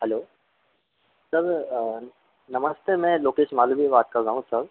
hello sir नमस्ते मैं लोकेश मालवी बात कर रहा हूँ सर